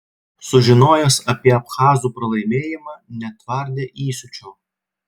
sužinojęs apie abchazų pralaimėjimą netvardė įsiūčio